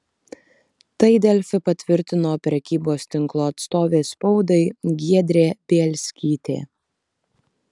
tai delfi patvirtino prekybos tinklo atstovė spaudai giedrė bielskytė